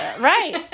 right